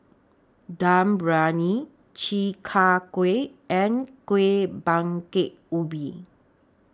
Dum Briyani Chi Kak Kuih and Kuih Bingka Ubi